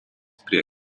prie